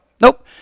nope